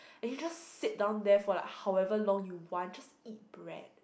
and you just sit down there for like however long you want just eat bread